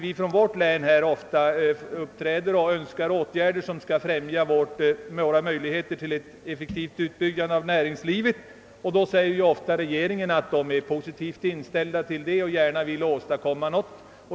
Vi från vårt län uppträder ofta med önskemål om åtgärder som skall främja våra möjligheter att effektivt utbygga näringslivet. Då förklarar vanligen regeringen att den är positivt inställd och gärna vill åstadkomma något.